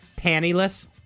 Pantyless